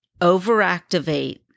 overactivate